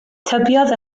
tybiodd